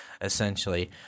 essentially